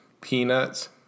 Peanuts